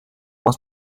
was